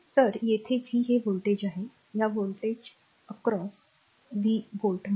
तर येथे v हे व्होल्टेज आहे या व्होल्टेज ओलांडून v व्होल्ट म्हणा